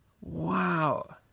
Wow